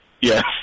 Yes